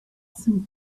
some